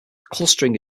clustering